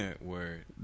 Word